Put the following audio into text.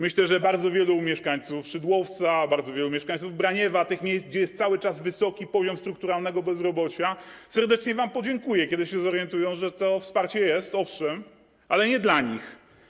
Myślę, że bardzo wielu mieszkańców Szydłowca, bardzo wielu mieszkańców Braniewa, tych miejsc, gdzie jest cały czas wysoki poziom strukturalnego bezrobocia, serdecznie wam podziękuje, kiedy się zorientują, że to wsparcie jest, owszem, ale nie dla nich.